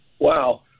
wow